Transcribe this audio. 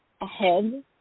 ahead